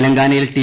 തെലങ്കാനയിൽ ടി